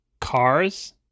Cars